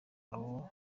aho